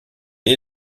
est